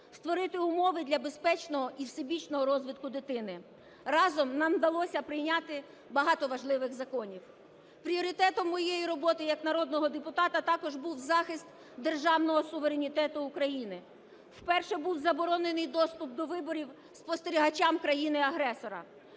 створити умови для безпечного і всебічного розвитку дитини. Разом нам вдалося прийняти багато важливих законів. Пріоритетом моєї роботи як народного депутата також був захист державного суверенітету України, вперше був заборонений доступ до виборів спостерігачам країни-агресора,